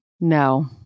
No